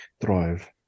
thrive